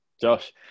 Josh